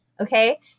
okay